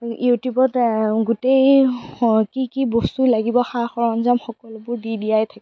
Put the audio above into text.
ইউটিউবত গোটেই কি কি বস্তু লাগিব গোটেই সা সৰঞ্জাম গোটেইবোৰ দি দিয়াই থাকে